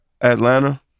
Atlanta